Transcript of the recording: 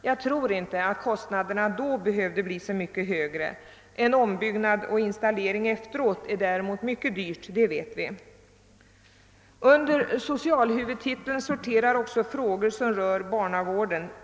Jag tror inte att kostnaderna då skulle behöva bli så mycket högre. En ombyggnad och installering efteråt är däremot som vi vet mycket dyr. Under socialhuvudtiteln sorterar också frågor som rör barnavården.